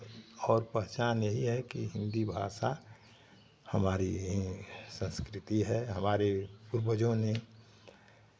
और पहचान यही है कि हिन्दी भाषा हमारी यही संस्कृति है हमारे पूर्वजों ने